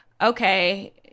okay